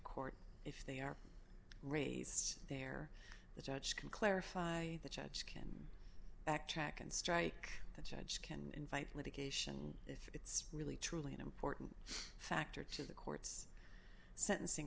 court if they are raised there the judge can clarify the chuch can backtrack and strike the judge can invite litigation if it's really truly an important factor to the court's sentencing